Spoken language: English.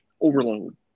overload